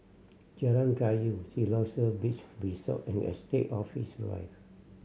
Jalan Kayu Siloso Beach Resort and Estate Office Drive